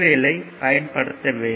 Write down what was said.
L ஐ பயன்படுத்த வேண்டும்